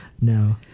no